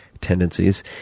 tendencies